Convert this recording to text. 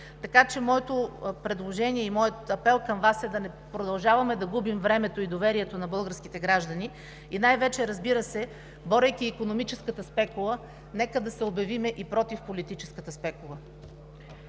Така че моето предложение и моят апел към Вас е да не продължаваме да губим времето и доверието на българските граждани и, разбира се, борейки икономическата спекула, нека да се обявим и против политическата спекула.